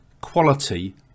quality